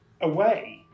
Away